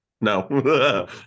no